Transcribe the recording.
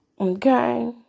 Okay